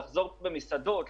במסעדות,